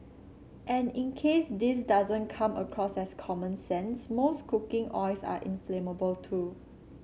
and in case this doesn't come across as common sense most cooking oils are inflammable too